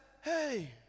Hey